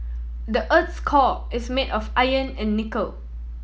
the earth's core is made of iron and nickel